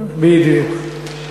בדיוק.